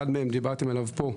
אחד מהם, שעליו דיברתם פה,